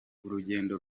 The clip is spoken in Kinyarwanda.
urugendo